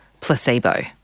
placebo